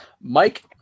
mike